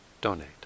donate